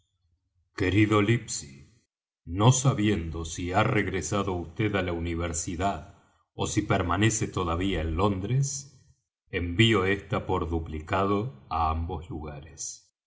querido livesey no sabiendo si ha regresado vd á la universidad ó si permanece todavía en londres envío esta por duplicado á ambos lugares